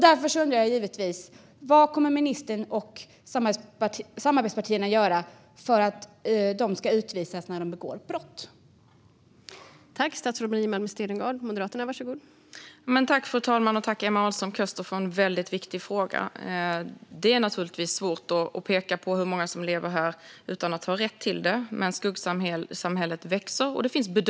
Därför undrar jag vad ministern och samarbetspartierna kommer att göra för att de som begår brott ska utvisas.